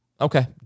okay